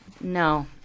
No